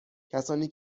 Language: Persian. کسانی